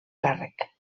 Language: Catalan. càrrec